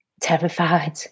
terrified